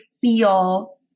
feel